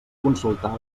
consultar